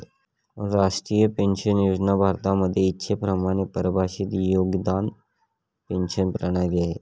राष्ट्रीय पेन्शन योजना भारतामध्ये इच्छेप्रमाणे परिभाषित योगदान पेंशन प्रणाली आहे